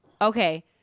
Okay